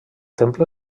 temple